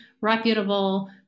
reputable